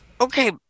Okay